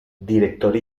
director